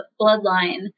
Bloodline